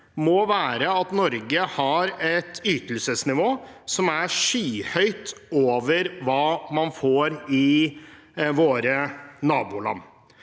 må være at Norge har et ytelsesnivå som er skyhøyt over hva man får i våre naboland.